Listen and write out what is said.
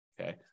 Okay